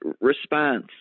response